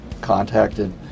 contacted